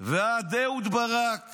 ועד אהוד ברק